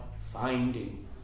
finding